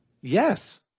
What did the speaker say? Yes